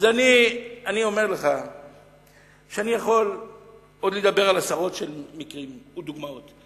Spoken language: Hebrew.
אז אני אומר לך שאני יכול עוד לדבר על עשרות של מקרים או דוגמאות.